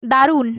দারুণ